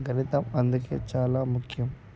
గణితం అందుకే చాలా ముఖ్యం